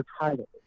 title